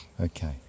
Okay